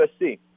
USC